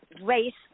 waste